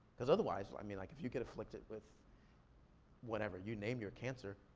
cause otherwise, i mean like if you get afflicted with whatever, you name your cancer,